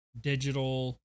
digital